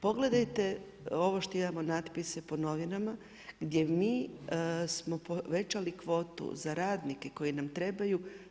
Pogledajte ovo što imamo natpise po novinama gdje mi smo povećali kvotu za radnike koji nam trebaju.